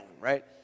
right